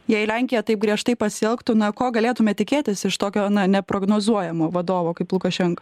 jei lenkija taip griežtai pasielgtų na ko galėtume tikėtis iš tokio neprognozuojamo vadovo kaip lukašenka